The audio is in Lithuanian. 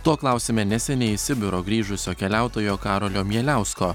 to klausime neseniai iš sibiro grįžusio keliautojo karolio mieliausko